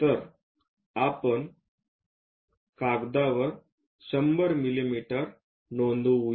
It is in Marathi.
तर आपण कागदावर 100 मिमी नोंदवू या